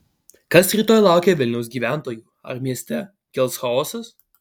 kas rytoj laukia vilnius gyventojų ar mieste kils chaosas